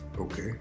Okay